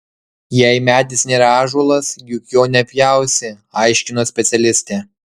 jei medis nėra ąžuolas juk jo nepjausi aiškino specialistė